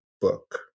book